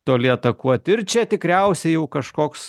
toli atakuot ir čia tikriausiai jau kažkoks